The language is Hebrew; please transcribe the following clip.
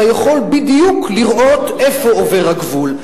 אתה יכול בדיוק לראות איפה עובר הגבול.